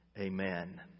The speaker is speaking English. Amen